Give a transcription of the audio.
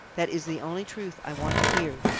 that is the only truth i want to hear.